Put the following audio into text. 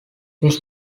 this